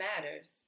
matters